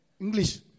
English